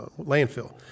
landfill